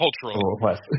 culturally